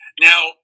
Now